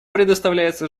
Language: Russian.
предоставляется